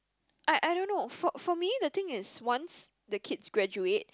I I don't know for for me the thing is once the kids graduate